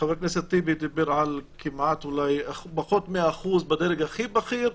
חבר הכנסת טיבי דיבר על כמעט אולי פחות מ-1% בדרג הכי בכיר,